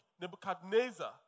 Nebuchadnezzar